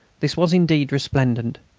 this was indeed resplendent.